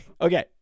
Okay